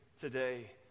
today